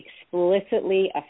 explicitly